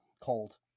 Cold